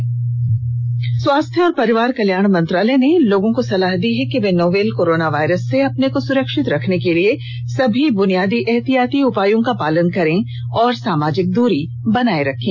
से स स्वास्थ्य और परिवार कल्याण मंत्रालय ने लोगों को सलाह दी है कि वे नोवल कोरोना वायरस से अपने को सुरक्षित रखने के लिए सभी बुनियादी एहतियाती उपायों का पालन करें और सामाजिक दूरी बनाए रखें